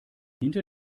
hinter